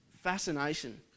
fascination